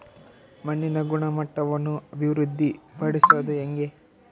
ಮಣ್ಣಿನ ಗುಣಮಟ್ಟವನ್ನು ಅಭಿವೃದ್ಧಿ ಪಡಿಸದು ಹೆಂಗೆ?